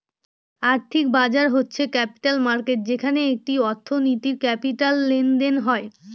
আর্থিক বাজার হচ্ছে ক্যাপিটাল মার্কেট যেখানে একটি অর্থনীতির ক্যাপিটাল লেনদেন হয়